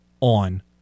on